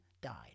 died